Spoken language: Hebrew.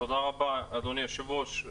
תודה רבה, אדוני היושב-ראש.